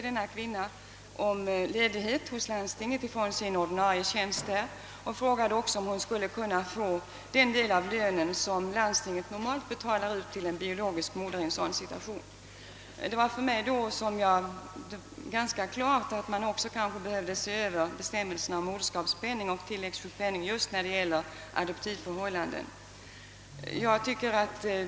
Denna kvinna ansökte om ledighet från sin ordinarie tjänst hos landstinget och frågade om hon skulle kunna få den del av lönen som landstinget normalt betalar ut till en biologisk moder i en sådan situation. För mig stod det då klart att man kanske också behövde se över bestämmelserna om moderskapspenning och tilläggssjukpenning när det gäller adoptivförhållanden.